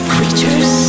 Creatures